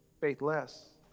faithless